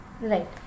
Right